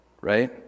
right